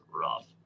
rough